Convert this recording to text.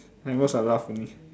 at most I laugh only